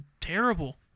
terrible